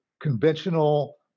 conventional